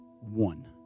one